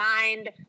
mind